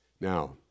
Now